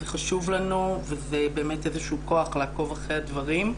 זה חשוב לנו וזה באמת איזשהו כוח לעקוב אחרי הדברים.